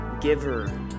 giver